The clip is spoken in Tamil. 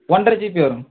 ஒன்றை ஜிபி வரும்